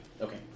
Okay